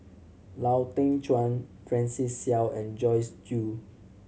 Lau Teng Chuan Francis Seow and Joyce Jue